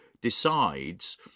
decides